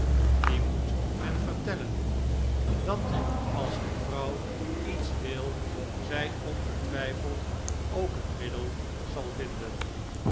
wien moet men vertellen dat als een vrouw iets wil zij ongetwijfeld ook een ocwvooos middel zal vinden